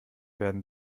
werden